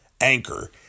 Anchor